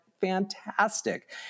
fantastic